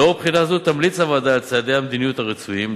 לנוכח בחינה זו תמליץ הוועדה על צעדי המדיניות הרצויים,